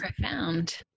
profound